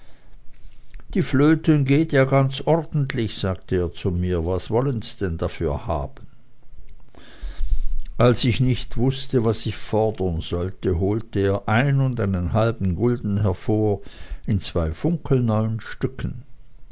die flöten geht ja ganz ordentlich sagte er zu mir was wollen's denn dafür haben als ich nicht wußte was ich fordern sollte holte er einen und einen halben gulden hervor in zwei funkelneuen stücken